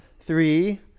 Three